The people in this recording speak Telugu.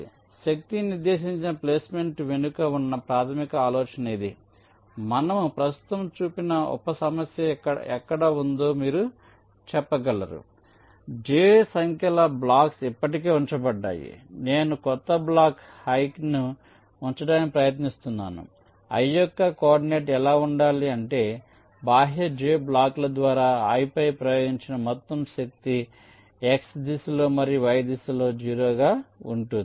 కాబట్టి శక్తి నిర్దేశించిన ప్లేస్మెంట్ వెనుక ఉన్న ప్రాథమిక ఆలోచన ఇది మనము ప్రస్తుతం చూసిన ఉప సమస్య ఎక్కడ ఉందో మీరు చెప్పగలరు మరికొన్ని j సంఖ్యల బ్లాక్స్ ఇప్పటికే ఉంచబడ్డాయి నేను క్రొత్త బ్లాక్ i ను ఉంచడానికి ప్రయత్నిస్తున్నాను కాబట్టి i యొక్క కోఆర్డినేట్ ఎలా ఉండాలి అంటే బాహ్య j బ్లాకుల ద్వారా i పై ప్రయోగించే మొత్తం శక్తి x దిశలో మరియు y దిశలో 0 గా ఉంటుంది